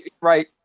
right